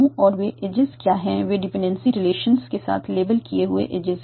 और वे एजेज क्या हैं वे डिपेंडेंसी रिलेशंस के साथ लेबल किए हुए एजेज हैं